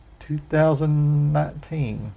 2019